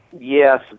yes